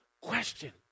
question